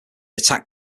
attacked